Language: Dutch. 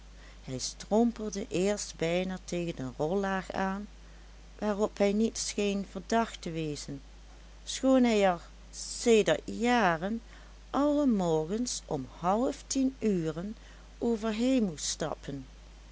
hij strompelde eerst bijna tegen de rollaag aan waarop hij niet scheen verdacht te wezen schoon hij er sedert jaren alle morgens om halftien uren overheen moest stappen